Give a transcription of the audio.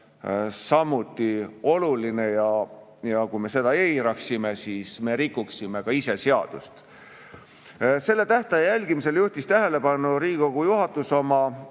samuti oluline. Kui me seda eiraksime, siis me rikuksime ise seadust. Sellele tähtaja järgimisele juhtis tähelepanu Riigikogu juhatus oma